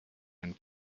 and